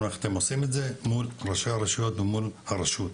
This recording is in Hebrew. איך אתם עושים את זה מול ראשי הרשויות ומול הרשות.